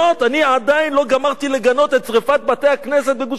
אני עדיין לא גמרתי לגנות את שרפת בתי-הכנסת בגוש-קטיף.